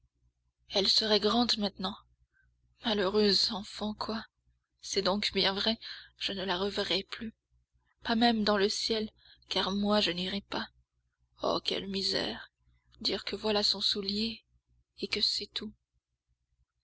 elle serait grande maintenant malheureuse enfant quoi c'est donc bien vrai je ne la reverrai plus pas même dans le ciel car moi je n'irai pas oh quelle misère dire que voilà son soulier et que c'est tout